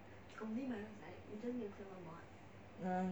erm